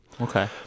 Okay